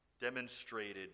demonstrated